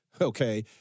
okay